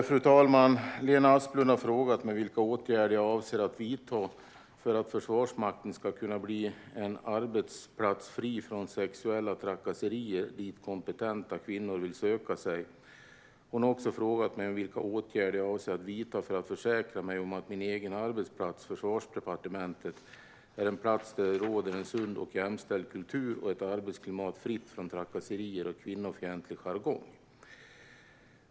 Fru talman! Lena Asplund har frågat mig vilka åtgärder jag avser att vidta för att Försvarsmakten ska kunna bli en arbetsplats fri från sexuella trakasserier dit kompetenta kvinnor vill söka sig. Hon har också frågat mig vilka åtgärder jag avser att vidta för att försäkra mig om att min egen arbetsplats, Försvarsdepartementet, är en plats där det råder en sund och jämställd kultur och ett arbetsklimat fritt från trakasserier och kvinnofientlig jargong.